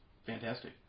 Fantastic